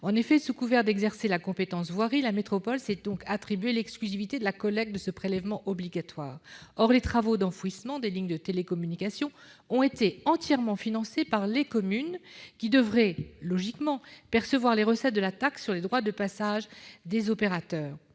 En effet, sous couvert d'exercer la compétence voirie, la métropole s'est attribué l'exclusivité de la collecte de ce prélèvement obligatoire. Or les travaux d'enfouissement des lignes de télécommunication ont été entièrement financés par les communes, qui devraient logiquement percevoir les recettes de la taxe sur les droits de passage des opérateurs.